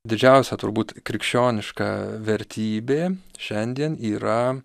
didžiausia turbūt krikščioniška vertybė šiandien yra